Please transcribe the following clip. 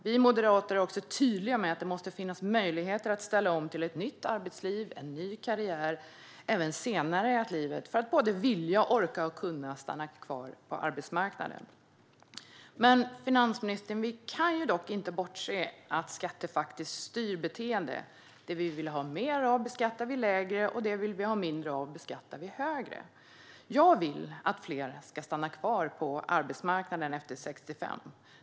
Vi är också tydliga med att det måste finnas möjligheter att ställa om till ett nytt arbetsliv och en ny karriär även senare i livet för att vilja, orka och kunna stanna kvar på arbetsmarknaden. Men, finansministern, vi kan inte bortse från att skatter faktiskt styr beteende. Det vi vill ha mer av beskattar vi lägre, och det vi vill ha mindre av beskattar vi högre. Jag vill att fler ska stanna kvar på arbetsmarknaden efter 65.